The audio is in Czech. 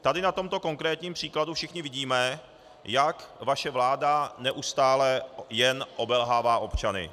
Tady na tomto konkrétním příkladu všichni vidíme, jak vaše vláda neustále jen obelhává občany.